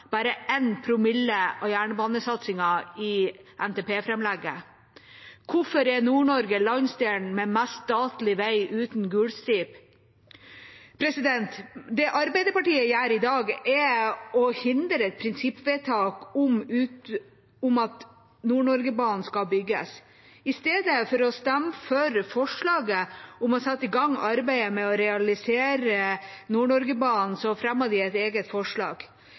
bare 1 promille av jernbanesatsingen i NTP-framlegget? Hvorfor er Nord-Norge landsdelen med mest statlig vei uten gul stripe? Det Arbeiderpartiet gjør i dag, er å hindre et prinsippvedtak om at Nord-Norge-banen skal bygges. I stedet for å stemme for forslaget om å sette i gang arbeidet med å realisere Nord-Norge-banen, fremmer de et eget forslag.